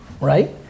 right